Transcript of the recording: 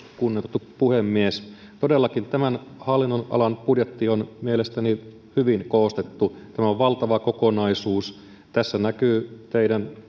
kunnioitettu puhemies todellakin tämän hallinnonalan budjetti on mielestäni hyvin koostettu tämä on valtava kokonaisuus tässä näkyy teidän